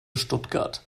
stuttgart